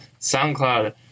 SoundCloud